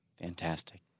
Fantastic